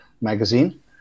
magazine